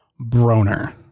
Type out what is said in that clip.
Broner